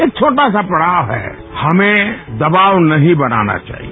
एक छोटा सा पड़ाव है हमें दवाब नहीं बनाना चाहिए